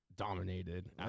Dominated